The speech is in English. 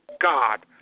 God